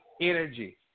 energy